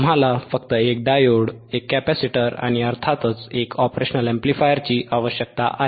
तुम्हाला फक्त 1 diode 1 capacitor आणि अर्थातच एक ऑपरेशनल अॅम्प्लिफायरची आवश्यकता आहे